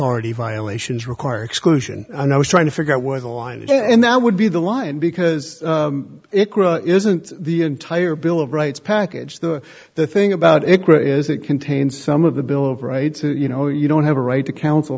authority violations require exclusion and i was trying to figure out where the line is and that would be the line because it isn't the entire bill of rights package the the thing about it grow is it contains some of the bill of rights you know you don't have a right counsel